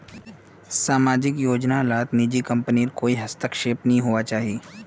सामाजिक योजना लात निजी कम्पनीर कोए हस्तक्षेप नि होवा चाहि